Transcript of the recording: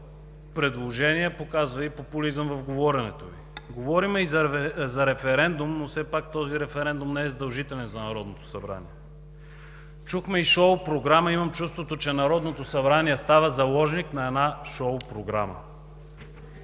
предложение показва и популизъм в говоренето Ви. Говорим и за референдум, но все пак този референдум не е задължителен за Народното събрание. Чухме и шоу програма. Имам чувството, че Народното събрание става заложник на една шоу програма.